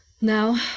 Now